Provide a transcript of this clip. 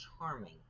charming